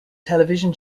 television